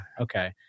okay